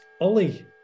ollie